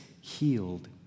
healed